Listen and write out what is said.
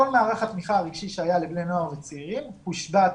כל מערך התמיכה הרגשי שהיה לבני הנוער וצעירים הושבת בהתחלה.